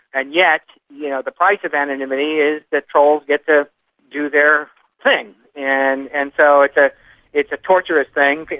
and yet you know the price of anonymity is that trolls get to do their thing. and and so like ah it's a torturous thing,